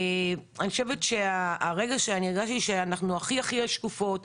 אני חושבת שהרגע שאני הרגשתי שאנחנו הכי הכי שקופות,